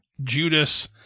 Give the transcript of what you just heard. Judas